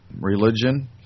Religion